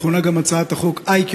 המכונה גם הצעת החוק "איקיוטק",